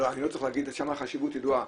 אני לא צריך להגיד, החשיבות ידועה.